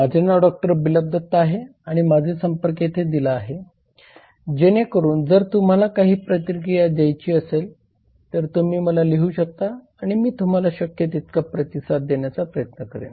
माझे नाव डॉ बिप्लब दत्ता आहे आणि माझे संपर्क येथे दिला आहे जेणेकरून जर तुम्हाला काही प्रतिक्रिया द्यायची असेल तर तुम्ही मला लिहू शकता आणि मी तुम्हाला शक्य तितका प्रतिसाद देण्याचा प्रयत्न करेन